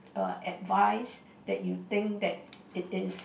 err advice that you think that it is